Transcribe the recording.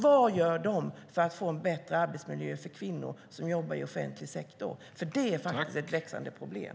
Vad gör de för att det ska bli en bättre arbetsmiljö för kvinnor som jobbar i offentlig sektor? Det är faktiskt ett växande problem.